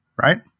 right